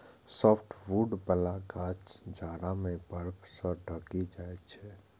softwood बला गाछ जाड़ा मे बर्फ सं ढकि जाइ छै